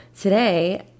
Today